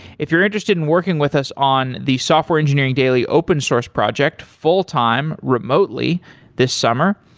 if you're interested in working with us on the software engineering daily open source project fulltime remotely this summer,